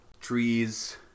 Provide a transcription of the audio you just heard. trees